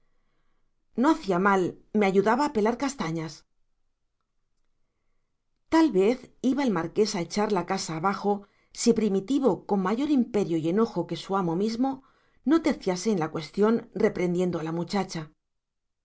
no hacía mal me ayudaba a pelar castañas tal vez iba el marqués a echar la casa abajo si primitivo con mayor imperio y enojo que su amo mismo no terciase en la cuestión reprendiendo a la muchacha